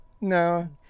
no